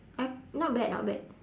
I not bad not bad